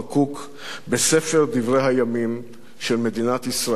בספר דברי הימים של מדינת ישראל לעד.